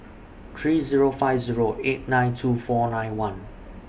three Zero five Zero eight nine two four nine one